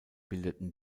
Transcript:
bildeten